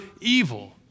evil